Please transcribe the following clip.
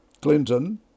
Clinton